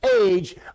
age